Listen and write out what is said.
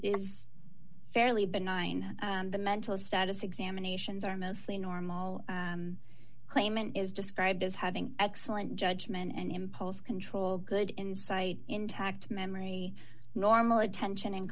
is fairly benign the mental status examinations are mostly normal claimant is described as having excellent judgment and impulse control good insight intact memory normal attention and